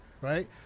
right